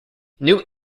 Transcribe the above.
new